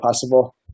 possible